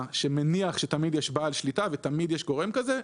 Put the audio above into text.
- שמניח שתמיד יש בעל שליטה ותמיד יש גורם כזה,